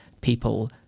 people